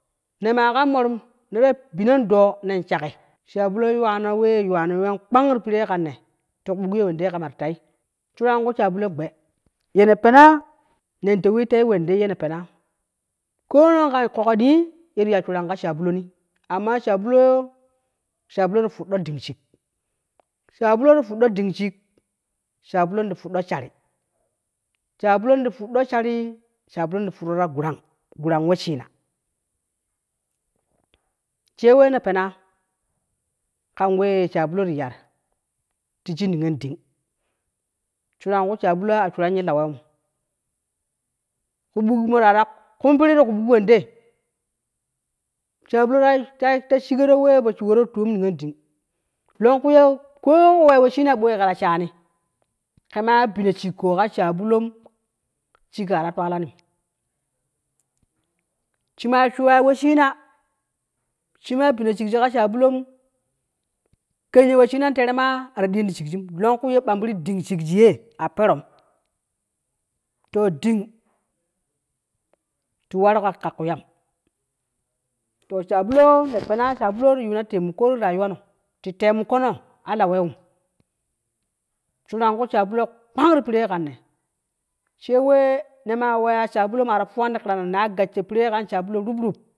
Nemaa kan morum ne da binon doo nen shakki, shabulo yuwa no wee yuwano ween kpang ti piree kan ne, tiku buk ye wende ye kama ti tai, shuran ku shabule gbe yene pen neti tewi tei wendai yene pene koomo kan kokoni yeti shuran kai shabuloni amma shabuloi shabulo ti ⼲udɗo ding shig shabulo yiti ⼲uddon ding shig shabulon ti ⼲uddo shari shabulo ti ⼲ud⼲o shari shabulo ti ⼲urro da gurang, gurang weshina le we ne pena kan we shabulo ti ya ti shi niyonding, shuran ku shabulo a shuran ye lawenn, kuh buk murara kun piri ti kuh buk wende, shabule ta ta shiworo we po shiworo ti cik la niyonding, longku ye ko weyo weshina ɓoyi kera shani ke ma bino cikko ka shabuloin cikkoi ta twaalanim, shima shuwa weshina, shima bino cikji ko shabulom, kenye weshinam tere ma ara diyoni ti cikjim, longku ye gbambiri ding cikji ye a perom, to ding ti waru kaa kweyam, to shabulo ne pena, shabulo ti yuno tamuko ti rayuwano, ti temukono a la wewum, shuran kuh shabulo kpang ti pere kanne te we mana weya shabulo mara fuwani ti kerana na gassho pire rumrum.